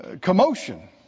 commotion